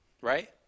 right